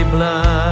Blood